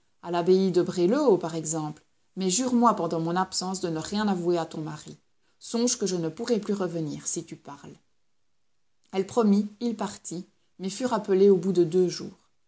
a l'abbaye de bray le haut par exemple mais jure-moi pendant mon absence de ne rien avouer à ton mari songe que je ne pourrai plus revenir si tu parles elle promit il partit mais fut rappelé au bout de deux jours